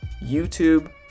YouTube